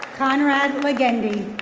conrad macgendy.